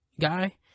guy